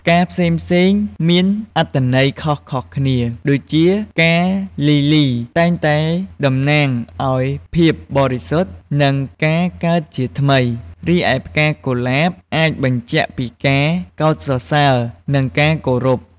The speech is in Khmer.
ផ្កាផ្សេងៗគ្នាមានអត្ថន័យខុសៗគ្នាដូចជា ផ្កាលីលីតែងតែតំណាងឱ្យភាពបរិសុទ្ធ និងការកើតជាថ្មី រីឯផ្កាកុលាបអាចបញ្ជាក់ពីការកោតសរសើរ និងការគោរព។